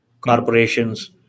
corporations